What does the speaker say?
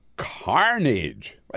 Carnage